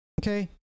Okay